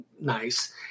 nice